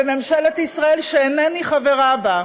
וממשלת ישראל, שאינני חברה בה,